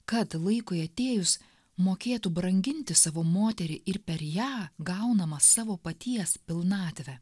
kad laikui atėjus mokėtų branginti savo moterį ir per ją gaunamą savo paties pilnatvę